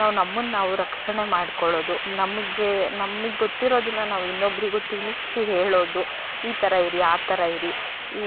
ನಾವು ನಮ್ಮನ್ನು ನಾವು ರಕ್ಷಣೆ ಮಾಡ್ಕೊಳೋದು ನಮಗೆ ನಮಗೆಗೊತ್ತಿರೊದನ್ನ ನಾವು ಇನ್ನೊಬ್ರಿಗು ತಿಳಿಸಿ ಹೇಳೋದು ಈ ಥರ ಇರಿ ಆ ಥರ ಇರಿ ಈ